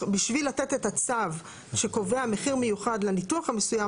בשביל לתת את הצו שקובע מחיר מיוחד לניתוח המסוים